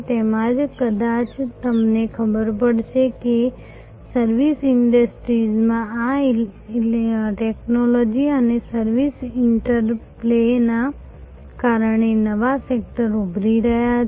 તેમાં જ કદાચ તમને ખબર પડશે કે સર્વિસ ઈન્ડસ્ટ્રીમાં આ ટેક્નોલોજી અને સર્વિસ ઈન્ટરપ્લેના કારણે નવા સેક્ટર ઉભરી રહ્યા છે